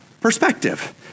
perspective